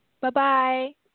Bye-bye